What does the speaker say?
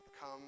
come